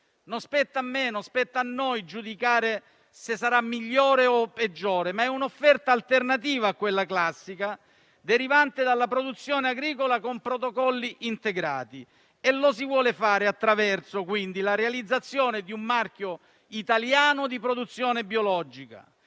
Non spetta a me, né a noi giudicare se sarà migliore o peggiore, ma è un'offerta alternativa a quella classica derivante dalla produzione agricola con protocolli integrati. E si vuole fare ciò attraverso la realizzazione di un marchio italiano di produzione biologica,